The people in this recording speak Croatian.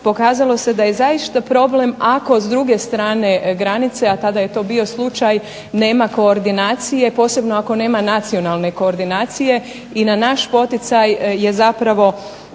pokazalo se da je zaista problem ako s druge strane granice, a tada je to bio slučaj nema koordinacije, posebno ako nema nacionalne koordinacije i na naš poticaj je zapravo